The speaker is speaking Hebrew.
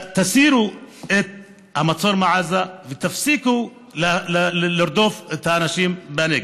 תסירו את המצור מעזה ותפסיקו לרדוף את האנשים בנגב.